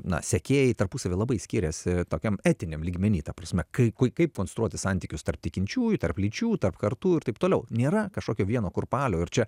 na sekėjai tarpusavyje labai skiriasi tokiam etiniam lygmenyje ta prasme kai kaip konstruoti santykius tarp tikinčiųjų tarp lyčių tarp kartų ir taip toliau nėra kažkokio vieno kurpalio ir čia